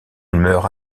meurt